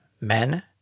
men